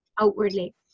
outwardly